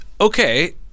Okay